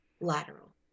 lateral